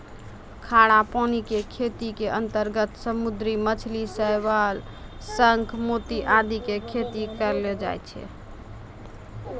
खारा पानी के खेती के अंतर्गत समुद्री मछली, शैवाल, शंख, मोती आदि के खेती करलो जाय छै